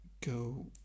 go